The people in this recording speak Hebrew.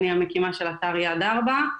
אני המקימה של אתר יד 4,